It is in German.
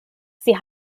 sie